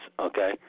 Okay